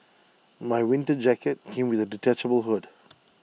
my winter jacket came with A detachable hood